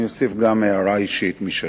ואוסיף גם הערה אישית משלי.